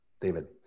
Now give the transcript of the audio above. David